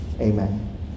Amen